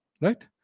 right